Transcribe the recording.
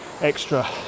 extra